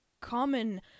common